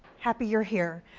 happy you're here.